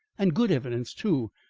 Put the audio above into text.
and good evidence, too,